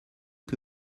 que